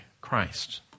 Christ